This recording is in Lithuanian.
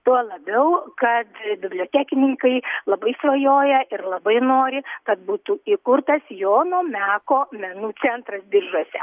tuo labiau kad bibliotekininkai labai svajoja ir labai nori kad būtų įkurtas jono meko menų centras biržuose